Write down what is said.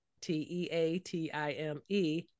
t-e-a-t-i-m-e